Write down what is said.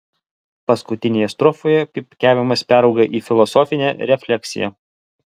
paskutinėje strofoje pypkiavimas perauga į filosofinę refleksiją